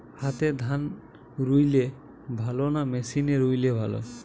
হাতে ধান রুইলে ভালো না মেশিনে রুইলে ভালো?